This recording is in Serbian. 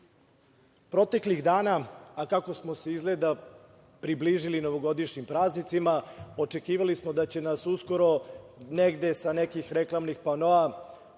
službama. Proteklih dana, a kako smo se izgleda približili novogodišnjim praznicima, očekivali smo da će nas uskoro, negde sa nekih reklamnih panoa